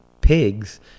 pigs